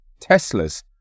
Teslas